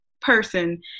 person